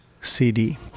CD